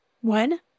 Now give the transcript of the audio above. One